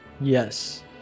Yes